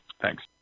Thanks